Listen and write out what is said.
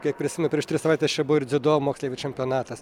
kiek prisimenu prieš tris savaites čia buvo ir dziudo moksleivių čempionatas